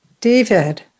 David